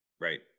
right